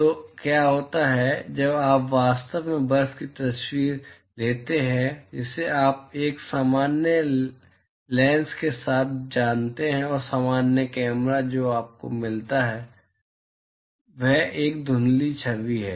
तो क्या होता है जब आप वास्तव में बर्फ की तस्वीरें लेते हैं जिसे आप एक सामान्य लेंस के साथ जानते हैं और सामान्य कैमरा जो आपको मिलता है वह एक धुंधली छवि है